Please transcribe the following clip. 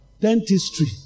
dentistry